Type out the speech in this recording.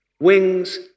Wings